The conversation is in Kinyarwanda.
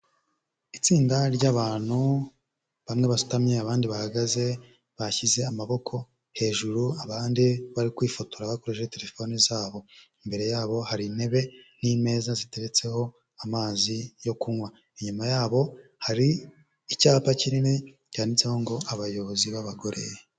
Itsinda ry'abantu bamwe basutamye abandi bahagaze bashyize amaboko hejuru abandi bari kwifotora bakoresheje telefone zabo, imbere yabo hari intebe n'imeza ziteretseho amazi yo kunywa, inyuma yabo hari icyapa kinini cyanditseho ngo abayobozi b'abagore.